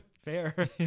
Fair